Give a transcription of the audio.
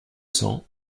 cents